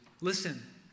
Listen